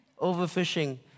Overfishing